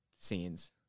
scenes